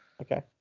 Okay